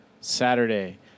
Saturday